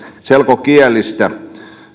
selkokielistä